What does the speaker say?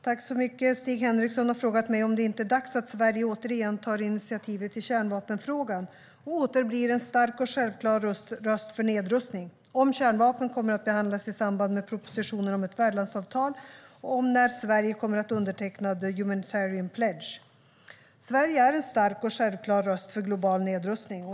Herr talman! Stig Henriksson har frågat mig om det inte är dags att Sverige återigen tar initiativet i kärnvapenfrågan och åter blir en stark och självklar röst för nedrustning, om kärnvapen kommer att behandlas i samband med propositionen om ett värdlandsavtal och om när Sverige kommer att underteckna Humanitarian Pledge. Sverige är en stark och självklar röst för global nedrustning.